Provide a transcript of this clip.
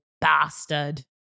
bastard